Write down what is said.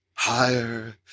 higher